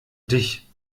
dich